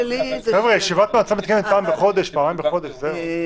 חבר'ה, ישיבת מועצה מתכנסת פעם-פעמיים בחודש, זהו.